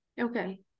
Okay